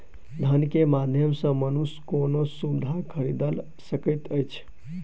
धन के माध्यम सॅ मनुष्य कोनो सुविधा खरीदल सकैत अछि